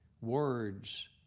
Words